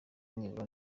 nibura